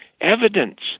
evidence